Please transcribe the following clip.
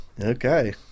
Okay